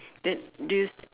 that do's